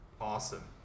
Awesome